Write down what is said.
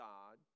God